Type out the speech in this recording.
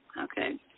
Okay